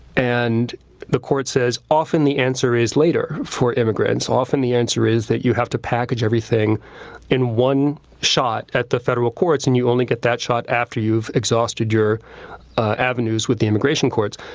and the court says, often the answer is later for immigrants. often the answer is that you have to package everything in one shot at the federal courts and you only get that shot after you've exhausted your avenues with the immigration courts.